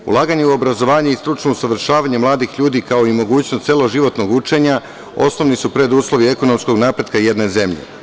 Ulaganje u obrazovanje i stručno usavršavanje mladih ljudi, kao i mogućnost celoživotnog učenja osnovni su preduslovi ekonomskog napretka jedne zemlje.